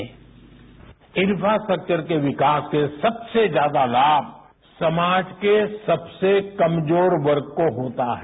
bite infrastructure के विकास के सबसे ज्यादा लाभ समाज के सबसे कमजोर वर्ग को होता है